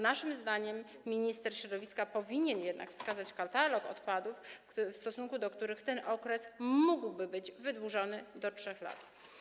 Naszym zdaniem minister środowiska powinien jednak wskazać katalog odpadów, w stosunku do których ten okres mógłby być wydłużony do 3 lat.